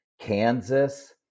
Kansas